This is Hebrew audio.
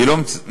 אני לא ממציא,